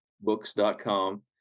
Books.com